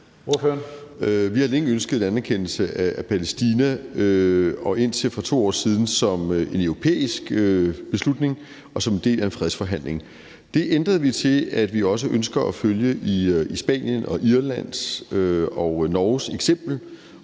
Vi har længe ønsket en anerkendelse af Palæstina og indtil for 2 år siden som en europæisk beslutning og som en del af en fredsforhandling. Det ændrede vi til, at vi også ønsker at følge Spaniens, Irlands og Norges eksempel